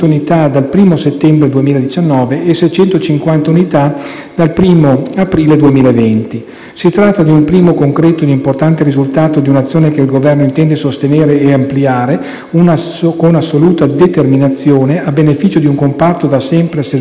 dal 1° aprile 2020. Si tratta di un primo concreto e importante risultato di un'azione che il Governo intende sostenere e ampliare con assoluta determinazione a beneficio di un comparto da sempre a servizio dell'incolumità e della sicurezza dei cittadini.